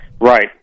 Right